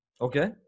Okay